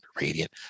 radiant